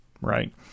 Right